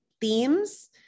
themes